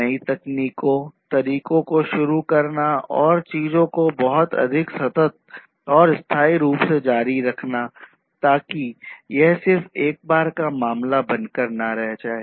नई तकनीकों तरीकों को शुरू करना और चीज़ों को बहुत अधिक सतत और स्थाई रूप से जारी रखना ताकि यह सिर्फ एक बार का मामला बनकर ना रह जाए